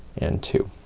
and two.